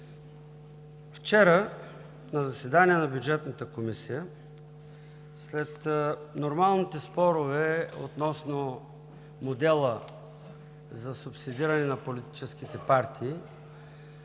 Вчера, на заседание на Бюджетната комисия, след нормалните спорове относно модела за субсидиране на политическите партии,